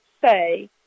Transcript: say